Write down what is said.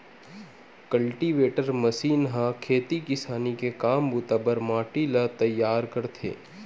cultivator machine ह खेती किसानी के काम बूता बर माटी ल तइयार करथे